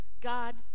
God